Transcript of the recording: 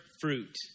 fruit